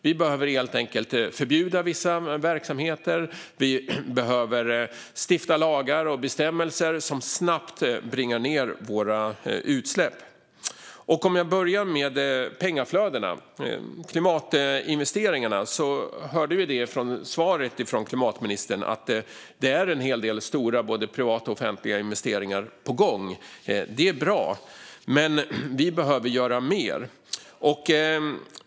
Vi behöver helt enkelt förbjuda vissa verksamheter, vi behöver stifta lagar och besluta om bestämmelser som snabbt bringar ned våra utsläpp. Jag ska börja med pengaflödena. När det gäller klimatinvesteringarna hörde vi i svaret från klimatministern att det är en hel del stora både privata och offentliga investeringar på gång. Det är bra. Men vi behöver göra mer.